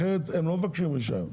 אחרת הם לא מבקשים רישיון.